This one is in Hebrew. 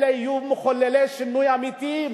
אלה יהיו מחוללי שינוי אמיתיים